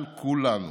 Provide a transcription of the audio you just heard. על כולנו,